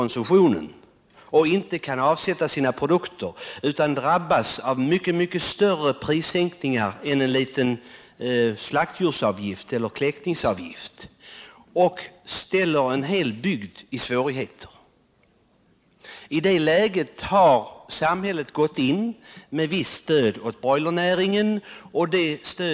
Man kan då inte avsätta sina produkter utan drabbas av mycket större prissänkningar än en liten slaktdjursavgift eller en kläckningsavgift, och en hel bygd råkar i svårigheter. I det läget har samhället gått in med visst stöd åt broilernäringen.